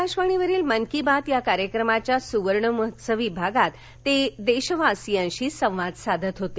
आकाशवाणीवरील मन की बात या कार्यक्रमाच्या सुवर्णमहोत्सवी भागात ते देशवासियांशी संवाद साधत होते